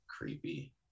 creepy